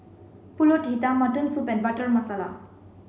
Pulut Hitam mutton soup butter Masala